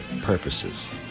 purposes